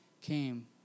came